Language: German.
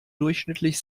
durchschnittlich